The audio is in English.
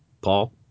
Paul